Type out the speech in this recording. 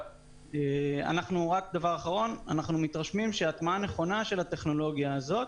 אנחנו מתרשמים שהטמעה נכונה של הטכנולוגיה הזאת